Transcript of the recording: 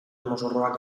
mozorroa